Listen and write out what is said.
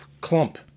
clump